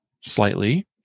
slightly